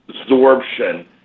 absorption